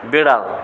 বেড়াল